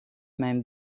mijn